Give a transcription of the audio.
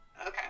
Okay